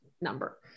number